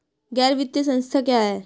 गैर वित्तीय संस्था क्या है?